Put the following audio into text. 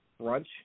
brunch